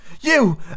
You